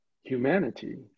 humanity